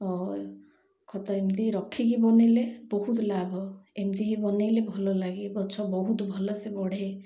ଓ ଖତ ଏମିତି ରଖିକି ବନେଇଲେ ବହୁତ ଲାଭ ଏମିତି ହି ବନେଇଲେ ଭଲ ଲାଗେ ଗଛ ବହୁତ ଭଲସେ ବଢ଼େ